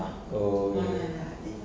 oh okay